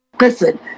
Listen